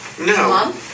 No